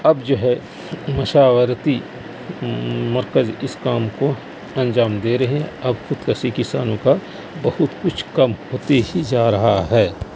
اب جو ہے مشاورتی مرکز اس کام کو انجام دے رہے ہیں اب خودکشی کسانوں کا بہت کچھ کم ہوتی ہی جا رہا ہے